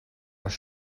als